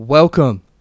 Welcome